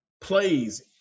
plays